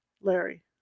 Larry